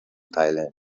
thailand